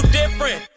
different